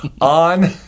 on